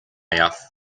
jaw